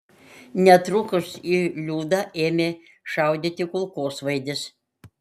netrukus į liudą ėmė šaudyti kulkosvaidis